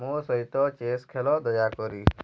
ମୋ ସହିତ ଚେସ୍ ଖେଳ ଦୟାକରି